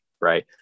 right